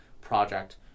project